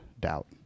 doubt